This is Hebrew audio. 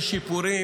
יש שיפורים,